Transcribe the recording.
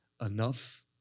enough